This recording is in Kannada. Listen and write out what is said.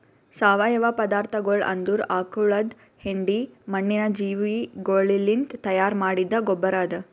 ಸಾವಯವ ಪದಾರ್ಥಗೊಳ್ ಅಂದುರ್ ಆಕುಳದ್ ಹೆಂಡಿ, ಮಣ್ಣಿನ ಜೀವಿಗೊಳಲಿಂತ್ ತೈಯಾರ್ ಮಾಡಿದ್ದ ಗೊಬ್ಬರ್ ಅದಾ